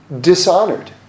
dishonored